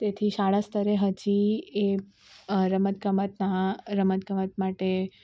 તેથી શાળા સ્તરે હજી એ રમત ગમતના રમત ગમત માટે